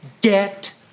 Get